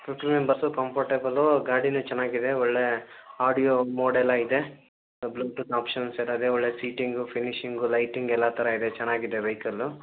fifteen members comfortable ಗಾಡಿಯೂ ಚೆನ್ನಾಗಿದೆ ಒಳ್ಳೆಯ ಆಡಿಯೋ ಮೋಡ್ ಎಲ್ಲ ಇದೆ ಬ್ಲೂಟೂತ್ ಆಪ್ಷನ್ಸ್ ಎಲ್ಲ ಇದೆ ಒಳ್ಳೆಯ ಸೀಟಿಂಗು ಫಿನಿಷಿಂಗು ಲೈಟಿಂಗ್ ಎಲ್ಲ ಥರ ಇದೆ ಚೆನ್ನಾಗಿದೆ ವೈಕಲ್ಲು